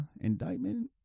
indictment